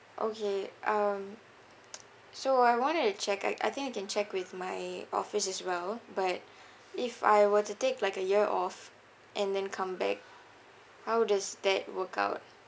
okay um so I want to check like I think I can check with my office as well but if I were to take like a year off and then come back how does that work out